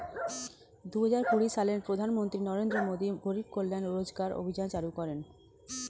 দুহাজার কুড়ি সালে প্রধানমন্ত্রী নরেন্দ্র মোদী গরিব কল্যাণ রোজগার অভিযান চালু করেন